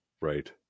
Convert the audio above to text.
Right